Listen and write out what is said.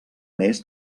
més